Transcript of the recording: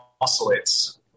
oscillates